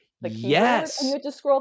Yes